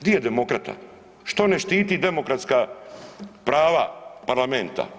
Di je demokrata, što ne štiti demokratska prava parlamenta?